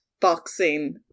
Boxing